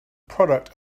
product